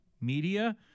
media